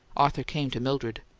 arthur came to mildred.